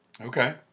Okay